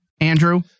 Andrew